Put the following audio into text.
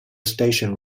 station